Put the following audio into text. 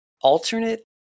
alternate